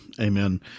Amen